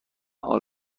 حال